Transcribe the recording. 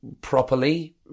properly